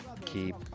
keep